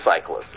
cyclists